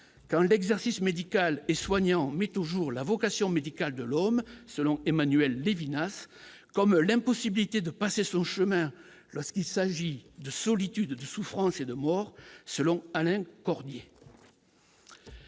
quand l'exercice médical et soignant mais toujours la vocation médicale de l'homme, selon Emmanuel Lévinas, comme l'impossibilité de passer son chemin lorsqu'il s'agit de solitude, de souffrances et de morts, selon Alain Cordier.